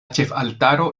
ĉefaltaro